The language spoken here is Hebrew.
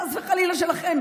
חס וחלילה,